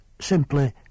simply